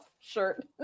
shirt